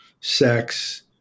sex